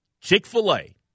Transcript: Chick-fil-A